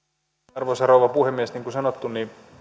arvoisa rouva puhemies niin kuin sanottu